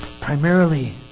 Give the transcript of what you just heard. Primarily